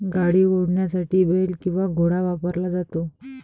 गाडी ओढण्यासाठी बेल किंवा घोडा वापरला जातो